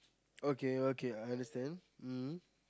okay okay I understand mmhmm